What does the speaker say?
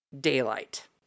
daylight